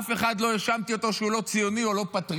אף אחד לא האשמתי אותו שהוא לא ציוני או לא פטריוט.